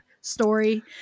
story